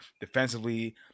defensively